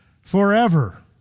forever